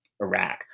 Iraq